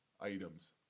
items